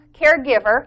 caregiver